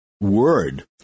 word